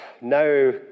now